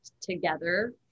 together